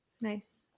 Nice